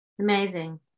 Amazing